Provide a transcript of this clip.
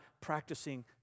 practicing